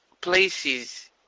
places